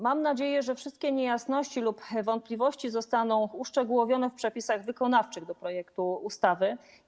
Mam nadzieję, że wszystkie niejasności lub wątpliwości zostaną uszczegółowione w przepisach wykonawczych do projektu ustawy.